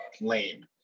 lame